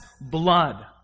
blood